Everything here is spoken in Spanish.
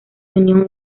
unión